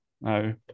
no